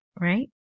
right